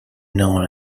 known